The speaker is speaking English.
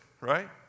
right